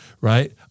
right